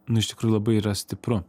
nu iš tikrųjų labai yra stipru